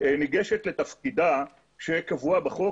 ניגשת לתפקידה שקבוע בחוק,